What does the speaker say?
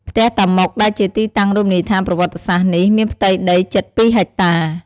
ផ្ទះតាម៉ុក ដែលជាទីតាំងរមនីយដ្ឋានប្រវត្តិសាស្ត្រនេះ មានផ្ទៃដីជិត ២ហិកតា។